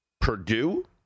Purdue –